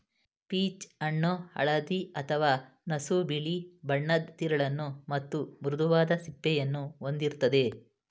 peach ಹಣ್ಣು ಹಳದಿ ಅಥವಾ ನಸುಬಿಳಿ ಬಣ್ಣದ್ ತಿರುಳನ್ನು ಮತ್ತು ಮೃದುವಾದ ಸಿಪ್ಪೆಯನ್ನು ಹೊಂದಿರ್ತದೆ